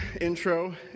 intro